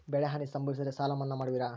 ಬೆಳೆಹಾನಿ ಸಂಭವಿಸಿದರೆ ಸಾಲ ಮನ್ನಾ ಮಾಡುವಿರ?